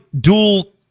dual